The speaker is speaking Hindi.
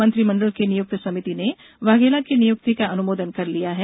मंत्रिमंडल की नियुक्त समिति ने वाघेला की नियुक्ति का अनुमोदन कर लिया है